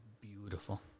Beautiful